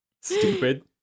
Stupid